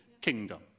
Kingdom